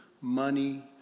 money